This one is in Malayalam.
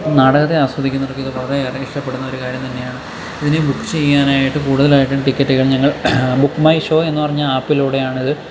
നാടകത്തെ ആസ്വദിക്കുന്നവർക്ക് ഇത് വളരെയേറെ ഇഷ്ടപ്പെടുന്ന ഒരു കാര്യം തന്നെയാണ് ഇനി ബുക്ക് ചെയ്യാനായിട്ട് കൂടുതലായിട്ടും ടിക്കറ്റുകൾ ഞങ്ങൾ ബുക്ക്മൈഷോ എന്നു പറഞ്ഞ ആപ്പിലൂടെയാണിത്